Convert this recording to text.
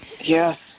Yes